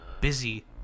busy